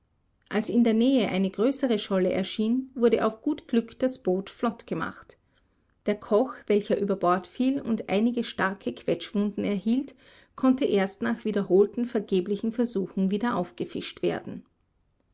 als in der nähe eine größere scholle erschien wurde auf gut glück das boot flott gemacht der koch welcher über bord fiel und einige starke quetschwunden erhielt konnte erst nach wiederholten vergeblichen versuchen wieder aufgefischt werden